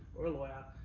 or a lawyer,